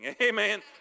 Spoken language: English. Amen